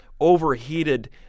overheated